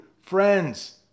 friends